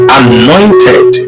anointed